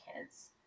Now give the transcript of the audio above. kids